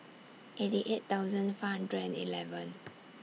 eighty eight thousand five hundred and eleven